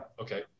Okay